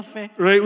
Right